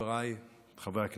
חבריי חברי הכנסת,